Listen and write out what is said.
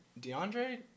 DeAndre